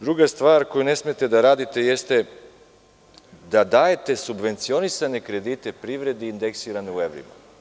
Druga stvar koju ne smete da radite jeste da dajete subvencionisane kredite privredi, indeksirane u evrima.